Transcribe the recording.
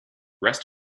rest